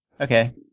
Okay